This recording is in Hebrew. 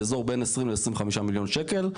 באזור בין 20 ל-25 מיליון שקלים.